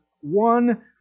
One